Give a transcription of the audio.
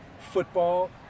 football